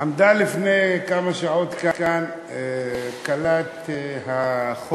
עמדה לפני כמה שעות כאן כלת החוק.